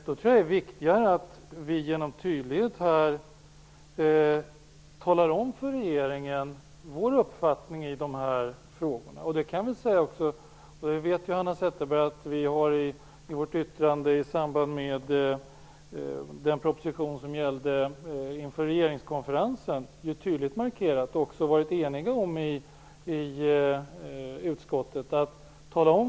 Då är det viktigare att vi tydligt talar om för regeringen vilken vår uppfattning är i dessa frågor. Hanna Zetterberg vet ju att vi i vårt yttrande i samband med den proposition som gällde inför regeringskonferensen tydligt markerat vår enighet i utskottet.